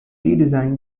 redesigned